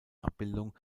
abbildung